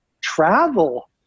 Travel